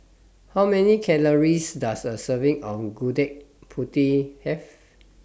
How Many Calories Does A Serving of Gudeg Putih Have